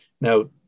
Now